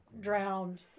Drowned